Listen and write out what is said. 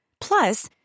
Plus